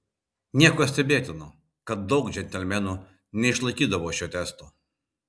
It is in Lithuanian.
nieko stebėtino kad daug džentelmenų neišlaikydavo šio testo